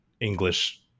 english